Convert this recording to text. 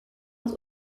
het